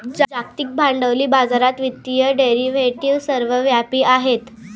जागतिक भांडवली बाजारात वित्तीय डेरिव्हेटिव्ह सर्वव्यापी आहेत